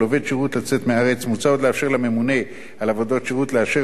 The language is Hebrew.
מוצע עוד לאפשר לממונה על עבודת השירות לאשר לעובד שירות לצאת מהארץ,